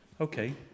Okay